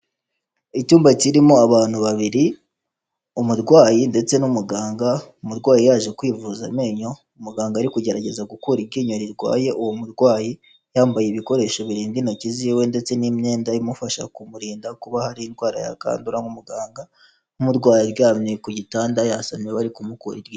Icyumba kirimo abantu babiri umurwayi ndetse n'umuganga. Umurwayi yaje kwivuza amenyo, umuganga ari kugerageza gukura iryinyo rirwaye uwo murwayi, yambaye ibikoresho birinda intoki z'iwe ndetse n'imyenda imufasha kumurinda kuba hari indwara yadura nk'umuganga, n'umurwayi uryamye ku gitanda yasamye bari kumukura iryinyo.